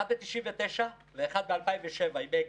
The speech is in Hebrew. האחד ב-1999 והאחד ב-2007 עם אגד,